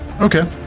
Okay